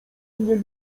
mnie